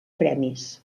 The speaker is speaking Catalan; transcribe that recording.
premis